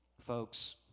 Folks